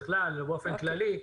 ובכלל באופן כללי,